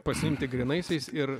pasiimti grynaisiais ir